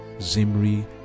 Zimri